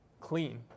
clean